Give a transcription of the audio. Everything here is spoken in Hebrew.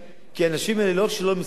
כי האנשים האלה לא רק שלא מסיימים את החודש,